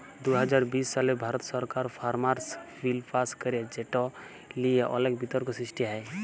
দু হাজার বিশ সালে ভারত সরকার ফার্মার্স বিল পাস্ ক্যরে যেট লিয়ে অলেক বিতর্ক সৃষ্টি হ্যয়